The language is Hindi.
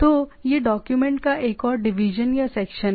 तो यह डॉक्यूमेंट का एक और डिवीजन या सेक्शन है